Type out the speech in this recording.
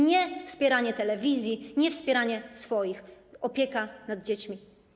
Nie wspieranie telewizji, nie wspieranie swoich, a opieka nad dziećmi.